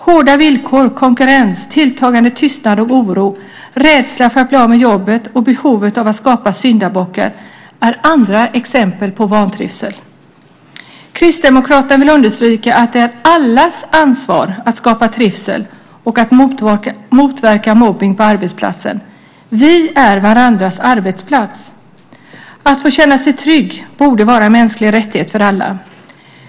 Hårda villkor, konkurrens, tilltagande tystnad och oro, rädsla för att bli av med jobbet och behovet av att skapa syndabockar är andra exempel på orsaker till vantrivsel. Kristdemokraterna vill understryka att det är allas ansvar att skapa trivsel och att motverka mobbning på arbetsplatsen. Vi är varandras arbetsplats. Att få känna sig trygg borde vara en mänsklig rättighet för alla.